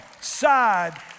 side